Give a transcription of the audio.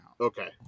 Okay